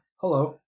Hello